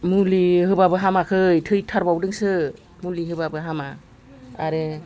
मुलि होबाबो हामाखै थैथारबावदोंसो मुलि होबाबो हामा आरो